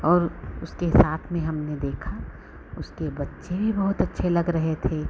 और उसके साथ में हमने देखा उसके बच्चे भी बहुत अच्छे लग रहे थे